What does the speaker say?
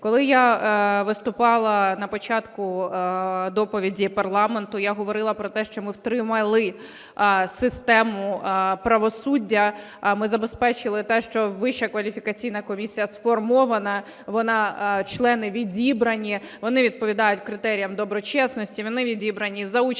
Коли я виступала на початку доповіді парламенту, я говорила про те, що ми втримали систему правосуддя. Ми забезпечили те, що Вища кваліфікаційна комісія сформована, члени відібрані, вони відповідають критеріям доброчесності, вони відібрані за участі